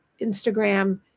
Instagram